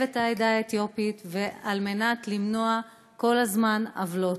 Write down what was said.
את העדה האתיופית ועל מנת למנוע כל הזמן עוולות.